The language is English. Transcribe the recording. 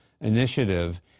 Initiative